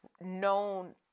known